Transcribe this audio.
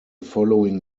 following